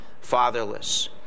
fatherless